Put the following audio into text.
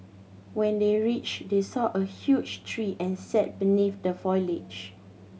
when they reached they saw a huge tree and sat beneath the foliage